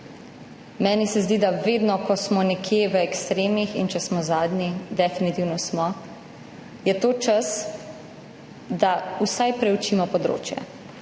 Meni se zdi, da vedno, ko smo nekje v ekstremih in če smo zadnji, definitivno smo, je čas, da vsaj preučimo področje.